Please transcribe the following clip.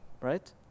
Right